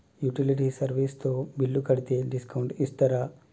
Utility service తో bill కడితే discount ఇస్తరా?